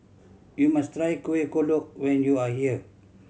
you must try Kuih Kodok when you are here